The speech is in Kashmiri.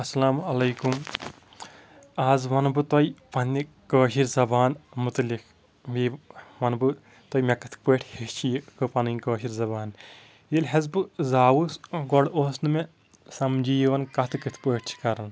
السلام علیکُم آز وَنہٕ بہٕ تۄہہِ پنٛنہِ کٲشِر زبان متعلِق بیٚیہِ وَنہٕ بہٕ تۄہہِ مےٚ کِتھ پٲٹھۍ ہیٚچھ یہِ پَنٕنۍ کٲشِر زبان ییٚلہِ حظ بہٕ زاوُس گۄڈٕ اوس نہٕ مےٚ سَمجی یِوان کَتھٕ کِتھ پٲٹھۍ کَرُن